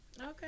Okay